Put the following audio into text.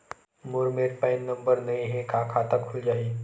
मोर मेर PAN number नई हे का खाता खुल जाही?